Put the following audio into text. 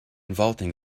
vaulting